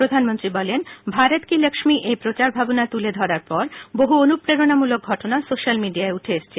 প্রধানমন্ত্রী বলেন ভারত কি লফী এই প্রচারভাবনা তুলে ধরার পর বহু অনুপ্রেরণামূলক ঘটনা সোস্যাল মিডিয়ায় উঠে এসেছে